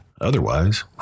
Otherwise